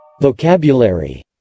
Vocabulary